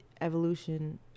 evolution